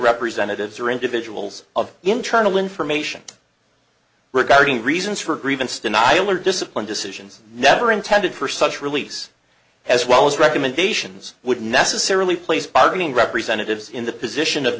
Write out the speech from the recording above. representatives or individuals of internal information regarding reasons for grievance denial or discipline decisions never intended for such release as well as recommendations would necessarily place bargaining representatives in the position of